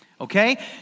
Okay